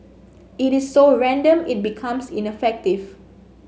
it is so random it becomes ineffective